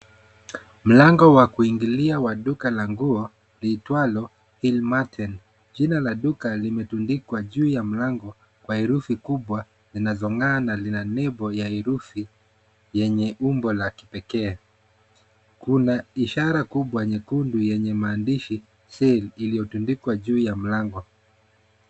Mlango wa kuingilia wa duka la nguo liitwalo Hillmarten. jina la duka limetundikwa juu ya mlango kwa herufi kubwa zinazong'aa na zina lebo ya herufi yenye umbo la kipekee. Kuna ishara kubwa nyekundu yenye maandishi sale iliyotundikwa juu ya mlango.